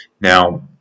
Now